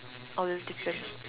all these different